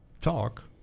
talk